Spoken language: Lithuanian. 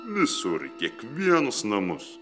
visur į kiekvienus namus